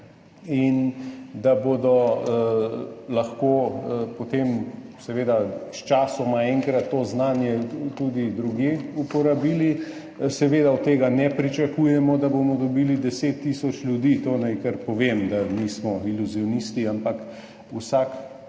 in da bodo lahko potem seveda sčasoma, enkrat to znanje uporabili tudi drugje. Seveda od tega ne pričakujemo, da bomo dobili 10 tisoč ljudi. To naj kar povem, da nismo iluzionisti, ampak vsak